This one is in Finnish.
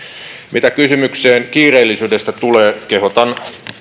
mitä kysymykseen kiireellisyydestä tulee kehotan